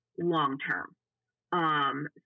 long-term